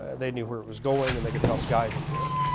ah they knew where it was going and they could help guide it there.